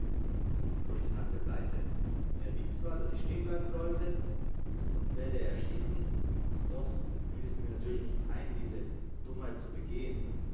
und huschte nach der seite er rief zwar daß ich stehen bleiben solle sonst werde er schießen doch fiel es mir natürlich nicht ein diese dummheit zu begehen